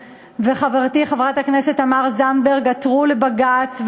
וחברתי חברת הכנסת תמר זנדברג עתרו לבג"ץ,